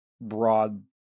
broad